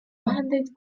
vahendeid